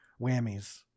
whammies